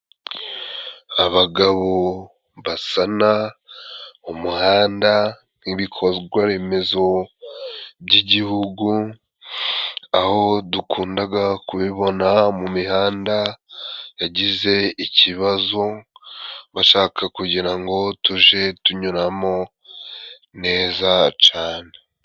Abagabo basana umuhanda n'ibikorwa remezo by'igihugu, aho dukundaga kubibona mu mihanda yagize ikibazo, bashaka kugira ngo tuje tunyuramo neza cane.